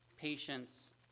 patience